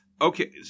Okay